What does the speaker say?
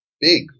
big